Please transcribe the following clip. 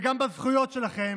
ואם, אדוני היושב-ראש,